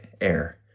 air